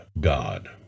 God